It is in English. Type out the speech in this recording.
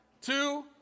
two